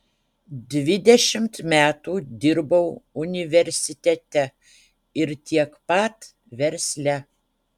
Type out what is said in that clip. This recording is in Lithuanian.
dvidešimt metų dirbau universitete ir tiek pat versle